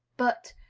but,